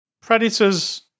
Predators